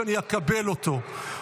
שאני אקבל אותו,